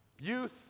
Youth